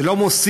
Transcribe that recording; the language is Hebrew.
זה לא מוסיף,